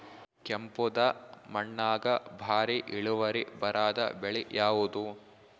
ಕೆಂಪುದ ಮಣ್ಣಾಗ ಭಾರಿ ಇಳುವರಿ ಬರಾದ ಬೆಳಿ ಯಾವುದು?